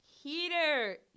heater